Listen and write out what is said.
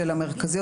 של המרכזיות?